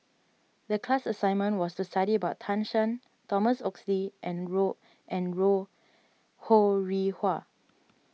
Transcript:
the class assignment was to study about Tan Shen Thomas Oxley and and Ho Rih Hwa